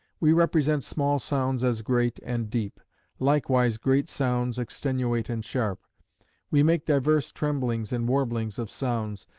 we represent small sounds as great and deep likewise great sounds extenuate and sharp we make divers tremblings and warblings of sounds,